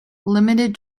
limited